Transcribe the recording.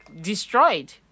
destroyed